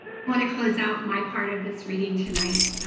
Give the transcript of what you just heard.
i want to close out my part of this reading tonight